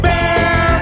Bear